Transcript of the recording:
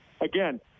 again